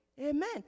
Amen